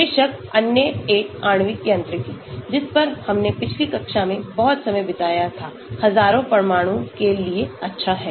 बेशक अन्य एक आणविक यांत्रिकी जिस पर हमने पिछली कक्षाओं में बहुत समय बिताया था हजारों परमाणुओं के लिए अच्छा है